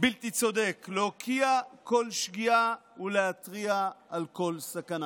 בלתי צודק, להוקיע כל שגיאה ולהתריע על כל סכנה.